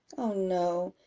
oh no,